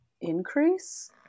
increase